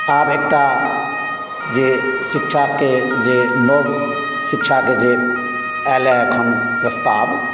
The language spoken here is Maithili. आब एकटा जे शिक्षाके जे नव शिक्षाके जे आयल अखन प्रस्ताव